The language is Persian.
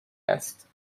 است